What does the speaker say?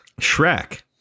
Shrek